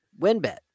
WinBet